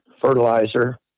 fertilizer